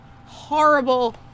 horrible